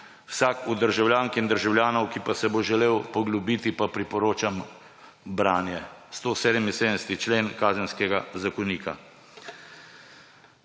Vsakemu od državljank in državljanov, ki pa se bo želel poglobiti, pa priporočam branje 177. člen Kazenskega zakonika.